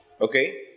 Okay